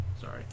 Sorry